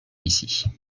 ici